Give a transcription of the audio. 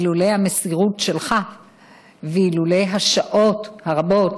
אילולא המסירות שלך ואילולא השעות הרבות